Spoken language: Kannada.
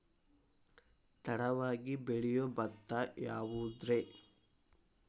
ತಡವಾಗಿ ಬೆಳಿಯೊ ಭತ್ತ ಯಾವುದ್ರೇ?